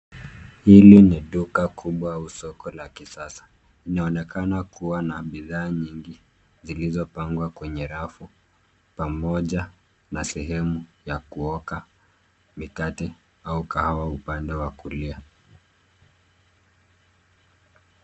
Hili ni duka kubwa au soko la kisasa. Linaonekana kuwa na bidhaa nyingi zilizopangwa kwenye rafu pamoja na sehemu ya kuoka mikate au kahawa upande wa kulia.